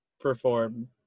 perform